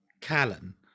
Callan